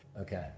okay